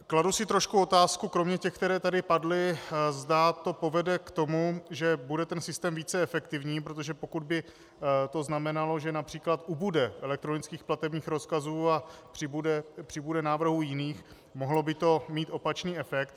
Kladu si trošku otázku kromě těch, které tady padly, zda to povede k tomu, že bude systém více efektivní, protože pokud by to znamenalo, že například ubude elektronických platebních rozkazů a přibude návrhů jiných, mohlo by to mít opačný efekt.